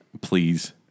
Please